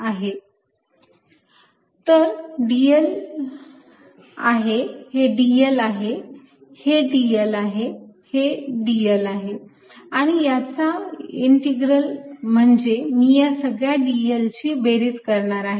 तर dl आहे हे dl आहे हे dl आहे हे dl आहे आणि याचा इंटीग्रल म्हणजे मी या सगळ्या dl ची बेरीज करणार आहे